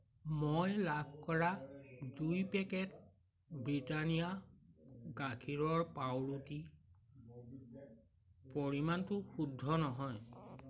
মই লাভ কৰা দুই পেকেট ব্ৰিটানিয়া গাখীৰৰ পাওৰুটিৰ পৰিমাণটো শুদ্ধ নহয়